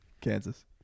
Kansas